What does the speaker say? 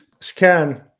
scan